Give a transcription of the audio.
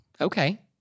okay